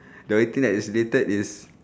the only thing that's related is